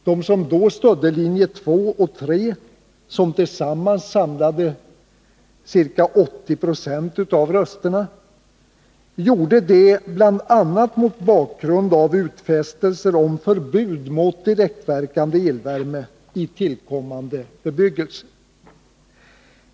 De som stödde linje 2 och 3, som tillsammans samlade ca 80 70 av rösterna, gjorde det bl.a. mot bakgrund av utfästelser om förbud mot direktverkande elvärme i tillkommande bebyggelse.